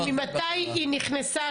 ממתי היא נכנסה,